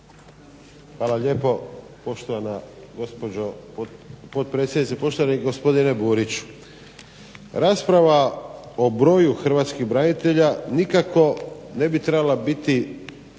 potpredsjednice. Poštovani gospodine Buriću, rasprava o broju hrvatskih branitelja nikako ne bi trebala biti